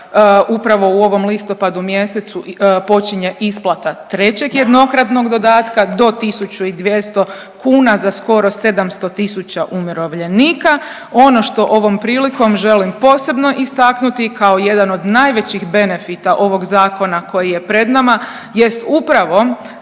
upravo u ovom listopadu mjesecu počinje isplata trećeg jednokratnog dodatka do 1.200 kuna za skoro 700 tisuća umirovljenika. Ono što ovom prilikom želim posebno istaknuti kao jedan od najvećih benefita ovog zakona koji je pred nama jest upravo